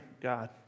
God